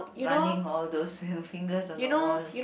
running all those fingers on the wall